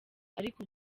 ariko